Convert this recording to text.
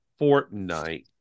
Fortnite